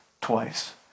twice